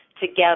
together